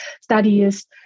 studies